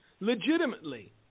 Legitimately